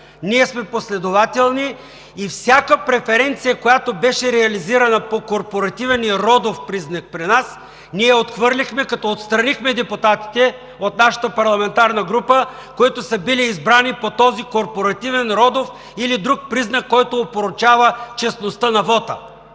Ние сме последователни и всяка преференция, която беше реализирана по корпоративен и родов признак при нас, ние я отхвърлихме, като отстранихме депутатите от нашата парламентарна група, които са били избрани по този корпоративен, родов или друг признак, който опорочава честността на вота.